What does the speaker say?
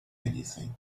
anything